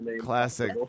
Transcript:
classic